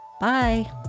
Bye